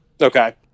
Okay